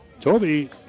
Toby